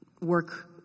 work